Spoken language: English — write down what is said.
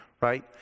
right